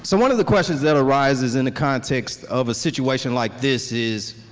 so one of the questions that arises in the context of a situation like this is